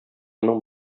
аның